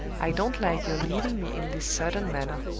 i don't like your leaving me in this sudden manner.